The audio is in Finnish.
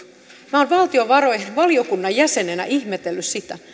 minä olen valtiovarainvaliokunnan jäsenenä ihmetellyt sitä